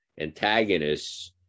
antagonists